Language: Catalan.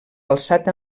alçat